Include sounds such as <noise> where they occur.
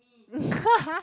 <laughs>